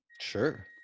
Sure